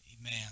Amen